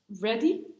ready